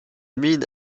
mine